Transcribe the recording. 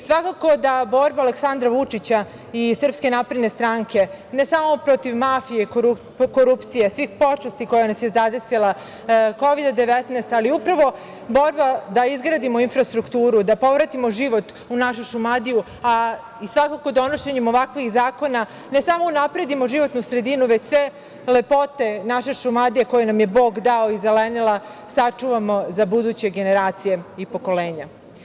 Svakako da borba Aleksandra Vučića i SNS ne samo protiv mafije, korupcije, svih pošasti koja nas je zadesila, Kovida 19, ali upravo borba da izgradimo infrastrukturu, da povratimo život u našu Šumadiju, a i svakako donošenjem ovakvih zakona ne samo unapredimo životnu sredinu, već sve lepote naše Šumadije koju nam je Bog dao i zelenila sačuvamo za buduće generacije i pokolenja.